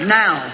now